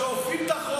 שאוכפים את החוק.